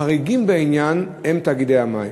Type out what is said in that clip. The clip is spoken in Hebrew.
החריגים בעניין הם תאגידי המים.